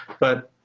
but,